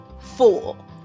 fool